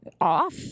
off